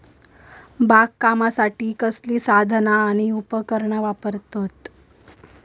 बागकामासाठी कसली साधना आणि उपकरणा वापरतत?